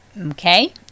Okay